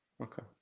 Okay